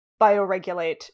bioregulate